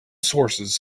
sources